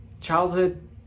childhood